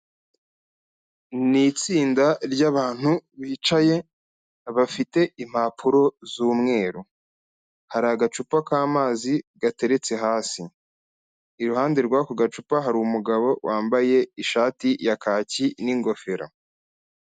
Ni itsinda ry'abantu bicaye bafite impapuro z'umweru, hari agacupa k'amazi gateretse hasi, iruhande rw'ako gacupa hari umugabo wambaye ishati ya kaki n'ingofero.